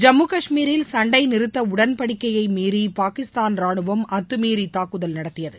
ஜம்மு கஷ்மீரில் சண்டைநிறுத்த உடன்படிக்கையை மீறி பாகிஸ்தான் ராணுவம் அத்துமீறி தாக்குதல் நடத்தியது